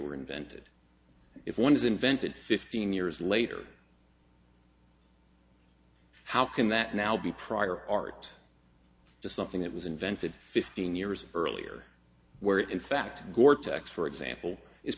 were invented if one is invented fifteen years later how can that now be prior art just something that was invented fifteen years earlier where in fact cortex for example is